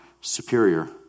superior